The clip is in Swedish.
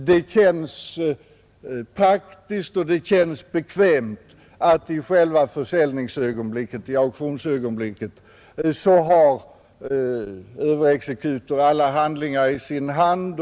Det känns praktiskt och bekvämt att överexeku EXekutiv försäljning tor i auktionsögonblicket har alla handlingar i sin hand.